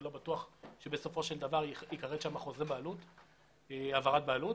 זה לא בטוח שבסופו של דבר ייכרת שם חוזה העברת בעלות.